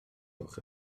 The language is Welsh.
gwelwch